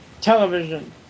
television